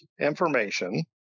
information